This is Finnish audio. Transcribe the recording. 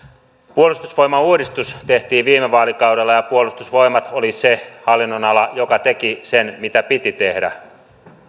puolustusvoimauudistus tehtiin viime vaalikaudella ja ja puolustusvoimat oli se hallinnonala joka teki sen mitä piti tehdä